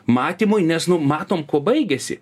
matymui nes nu matom kuo baigiasi